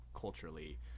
culturally